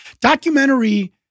documentary